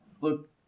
look